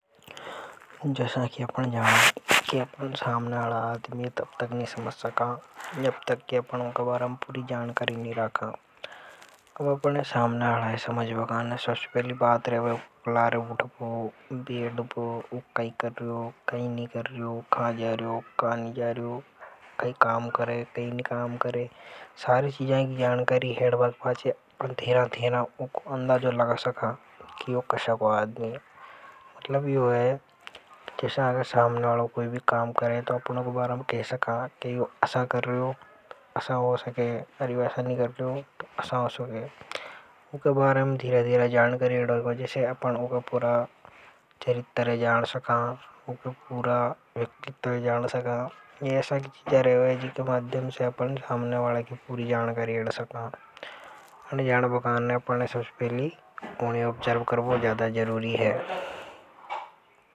जसा की अपन जाना सामना आला आदमी है। तब तक नि समझ सका जब तक कि ऊका बारा में पूरी जानकारी नि राखा तो अपन है सामने आला है। समझना के काने सबसे पहली बात रेवे ऊके लार उत्बो बेटबों ऊ कई कर रियो कई नि कर रियो। कहा जा रियो कहा नी जरियों कई काम करे कई नि काम करे सारी चीज़ा की जानकारी हेडबा के पाचे धीरा धीरा उको अंदाजों लगा सका की यो कसा को आदमी है मतलब यो है। कि सामने आलो कोई भी काम करे तो ऊका बारा में कह सका की यो आसा कर रियो। ऊका बारा में धीरा धीरा जानकारी हेडा गा वसा ऊका चरित्र जान सका ऊका पूरा व्यक्तित्व है जान सका ये अशा की चीजा रेवे जीके माध्यम से सामने आला की पूरी जानकारी हेड सका।